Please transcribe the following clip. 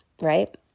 right